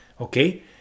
okay